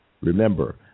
remember